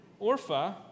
Orpha